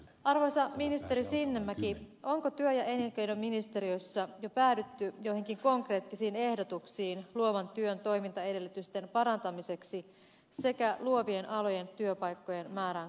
arvoisa ministeri sinnemäki onko työ ja elinkeinoministeriössä jo päädytty joihinkin konkreettisiin ehdotuksiin luovan työn toimintaedellytysten parantamiseksi sekä luovien alojen työpaikkojen määrän kasvattamiseksi